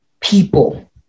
people